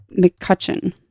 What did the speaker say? McCutcheon